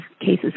cases